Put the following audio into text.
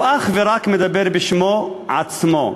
הוא אך ורק מדבר בשמו עצמו,